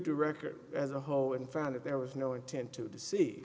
a record as a whole and found that there was no intent to the se